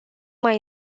mai